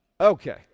Okay